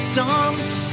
dance